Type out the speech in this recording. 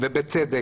ובצדק.